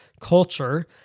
culture